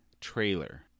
trailer